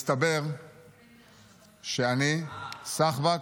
מסתבר שאני סחבק,